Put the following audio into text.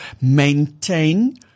maintain